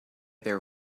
their